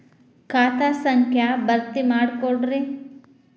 ಖಾತಾ ಸಂಖ್ಯಾ ಭರ್ತಿ ಮಾಡಿಕೊಡ್ರಿ